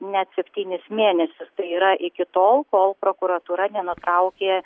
net septynis mėnesius tai yra iki tol kol prokuratūra nenutraukė